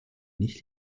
nicht